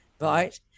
right